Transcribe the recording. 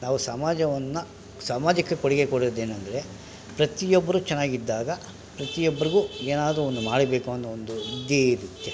ನಾವು ಸಮಾಜವನ್ನು ಸಮಾಜಕ್ಕೆ ಕೊಡುಗೆ ಕೊಡೊದೇನಂದರೆ ಪ್ರತಿಯೊಬ್ಬರೂ ಚೆನ್ನಾಗಿದ್ದಾಗ ಪ್ರತಿಯೊಬ್ರಿಗು ಏನಾದರೂ ಒಂದು ಮಾಡಬೇಕು ಅನ್ನೋ ಒಂದು ಬುದ್ದಿ ಇರುತ್ತೆ